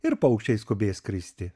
ir paukščiai skubės skristi